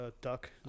duck